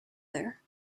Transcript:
there